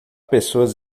pessoas